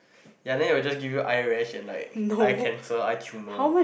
ya then it will just give you eye rash and like eye cancer eye tumor